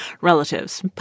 relatives